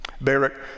Barak